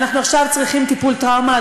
אנחנו עכשיו צריכים טיפול טראומה.